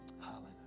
Hallelujah